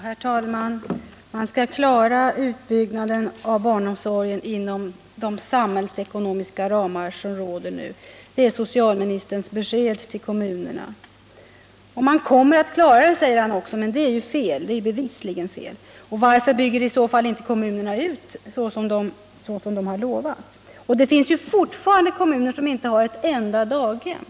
Herr talman! Man skall klara utbyggnaden av barnomsorgen inom de samhällsekonomiska ramar som råder nu. Det är socialministerns besked till kommunerna. Man kommer att klara det, säger han också, men det är bevisligen fel. Varför bygger i så fall inte kommunerna ut barnomsorgen som de lovat? Det finns fortfarande kommuner som inte har ett enda daghem.